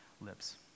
lips